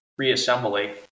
Reassembly